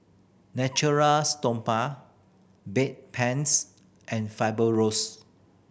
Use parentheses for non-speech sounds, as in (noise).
(unintelligible) Stoma Bedpans and (unintelligible)